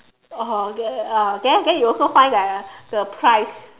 oh then then you also find the the price